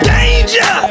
danger